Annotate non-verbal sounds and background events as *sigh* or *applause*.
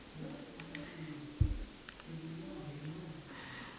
*laughs*